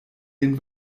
den